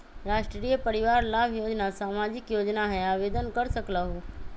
राष्ट्रीय परिवार लाभ योजना सामाजिक योजना है आवेदन कर सकलहु?